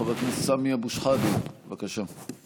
חבר הכנסת סמי אבו שחאדה, בבקשה.